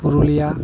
Purulia